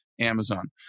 Amazon